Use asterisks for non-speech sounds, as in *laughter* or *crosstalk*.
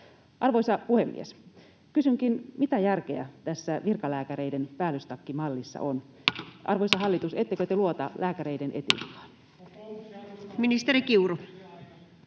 Arvoisa puhemies! Kysynkin: Mitä järkeä tässä virkalääkäreiden päällystakkimallissa on? *noise* Arvoisa hallitus, ettekö te luota lääkäreiden etiikkaan? [Antti